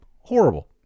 Horrible